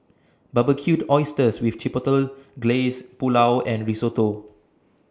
Barbecued Oysters with Chipotle Glaze Pulao and Risotto